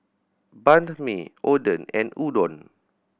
Banh Mi Oden and Udon